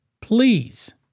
please